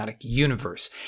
Universe